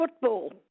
football